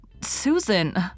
Susan